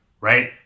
right